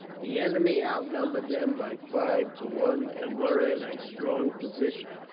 the enemy outnumbered them by five to one, and were in a strong position.